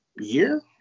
year